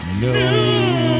No